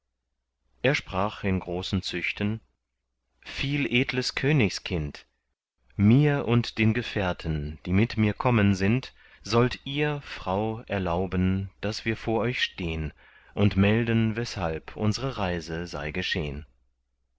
er sprach in großen züchten viel edles königskind mir und den gefährten die mit mir kommen sind sollt ihr frau erlauben daß wir vor euch stehn und euch melden weshalb unsre reise sei geschehn